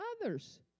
others